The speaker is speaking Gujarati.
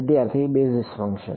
વિદ્યાર્થી બેસિસ ફંક્શન